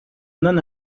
non